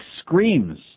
screams